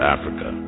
Africa